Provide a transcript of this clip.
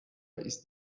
ist